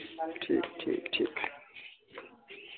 ठीक ठीक ठीक